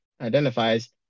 identifies